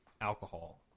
alcohol